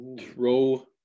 Throw